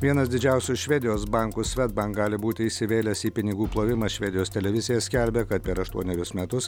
vienas didžiausių švedijos bankų svedbank gali būti įsivėlęs į pinigų plovimą švedijos televizija skelbia kad per aštuonerius metus